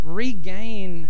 regain